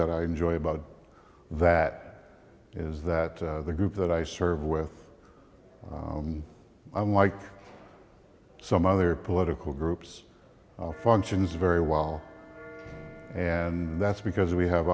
that i enjoy about that is that the group that i serve with and i'm like some other political groups functions very well and that's because we have